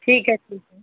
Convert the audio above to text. ठीक है ठीक है